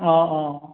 অঁ অঁ অঁ